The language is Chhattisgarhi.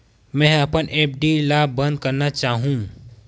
मेंहा अपन एफ.डी ला बंद करना चाहहु